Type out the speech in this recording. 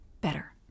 better